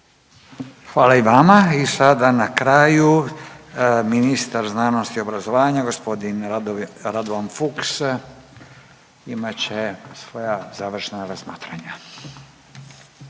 Hvala i vama. I sada na kraju ministar znanosti i obrazovanja gospodin Radovan Fuchs imat će svoja završna razmatranja.